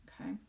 Okay